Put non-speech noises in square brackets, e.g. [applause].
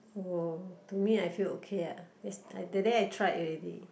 oh to me I feel okay ah [noise] that day I tried already